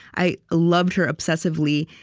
i loved her obsessively.